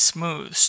Smooth